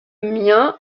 mien